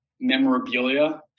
memorabilia